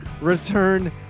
return